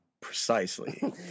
Precisely